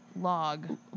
log